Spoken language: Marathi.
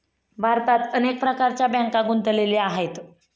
भारतात अनेक प्रकारच्या बँका गुंतलेल्या आहेत